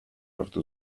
lortu